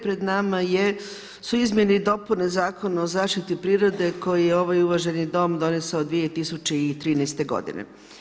Pred nama su izmjene i dopune Zakona o zaštiti prirode koji je ovaj uvaženi Dom donesao 2013. godine.